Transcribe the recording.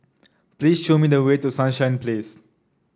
please show me the way to Sunshine Place